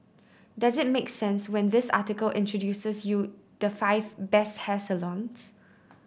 does it make sense when this article introduces you the five best hair salons